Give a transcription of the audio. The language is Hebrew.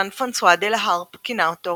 ז'אן פרנסואה דה לה הארפ כינה אותו